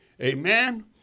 Amen